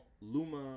Luma